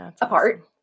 apart